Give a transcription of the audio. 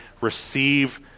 receive